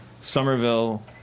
Somerville